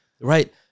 Right